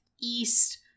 east